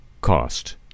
cost